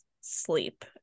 sleep